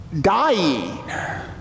dying